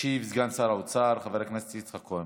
ישיב סגן שר האוצר חבר הכנסת יצחק כהן.